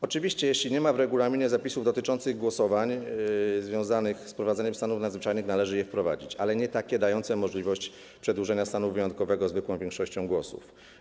Oczywiście, jeśli nie ma w regulaminie zapisów dotyczących głosowań związanych z wprowadzeniem stanów nadzwyczajnych, należy je wprowadzić, ale nie takie dające możliwość przedłużenia stanu wyjątkowego zwykłą większością głosów.